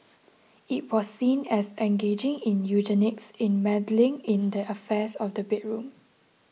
it was seen as engaging in eugenics and meddling in the affairs of the bedroom